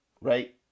right